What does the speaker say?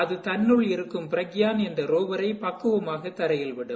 அது தன்னுள் இருக்கும் பிரக்யான் எழும் ரோவரை பக்குவமாக தரையில் விடும்